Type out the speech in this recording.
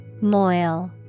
Moil